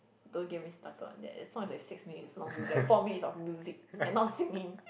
don't give me started about that that song is like six minutes long with like four minutes of music and not singing